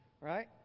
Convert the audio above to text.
right